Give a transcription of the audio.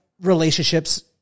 relationships